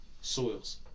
soils